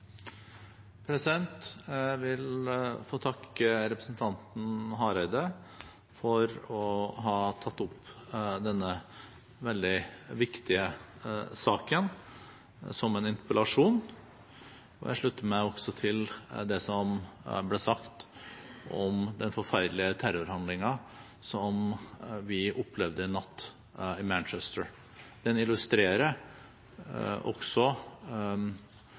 Jeg vil takke representanten Hareide for å ha tatt opp denne veldig viktige saken som en interpellasjon. Jeg slutter meg også til det som ble sagt om den forferdelige terrorhandlingen som man opplevde i natt i Manchester. Den illustrerer også